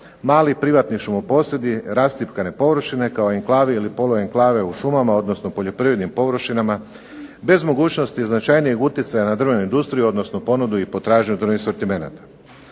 mali privatni šumoposjedi rascjepkane površine, kao enklave ili poluinklave u šumama odnosno poljoprivrednim površinama bez mogućnosti značajnijeg utjecaja na drvnu industriju odnosno ponudu i potražnju drvnih sortimenata.